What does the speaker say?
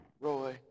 Roy